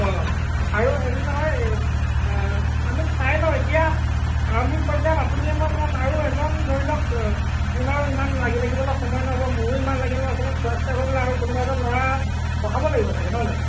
অঁ আৰু হেৰি নহয় আমি চাই লও এতিয়া আৰম্ভিক পৰ্যায়ত আপুনিই মই চলাম আৰু এজন ধৰি লওক আৰু ইমান লাগি থাকিবলৈ সময় নহ'ব মোৰো ইমান লাগিব অকণমান চোৱা চিতা কৰিবলৈ আৰু কোনোৱা এজন ল'ৰা ৰখাব লাগিব চাগে নহয় জানো